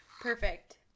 perfect